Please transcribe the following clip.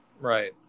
Right